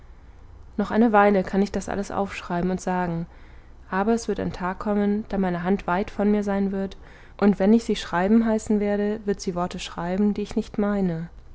noch eine weile kann ich das alles aufschreiben und sagen aber es wird ein tag kommen da meine hand weit von mir sein wird und wenn ich sie schreiben heißen werde wird sie worte schreiben die ich nicht meine